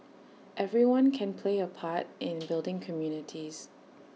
everyone can play A part in building communities